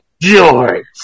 George